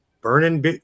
burning